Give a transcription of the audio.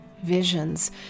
Visions